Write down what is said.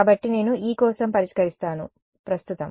కాబట్టి నేను E కోసం పరిష్కరిస్తాను ప్రస్తుతం